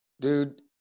Dude